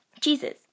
Jesus